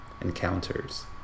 Encounters